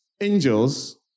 angels